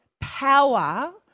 power